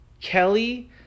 Kelly